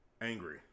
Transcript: angry